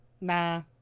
Nah